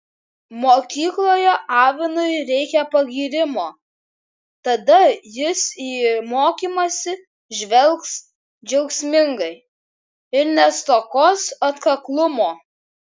mokykloje avinui reikia pagyrimo tada jis į mokymąsi žvelgs džiaugsmingai ir nestokos atkaklumo